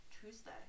Tuesday